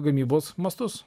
gamybos mastus